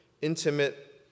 intimate